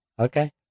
Okay